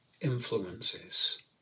influences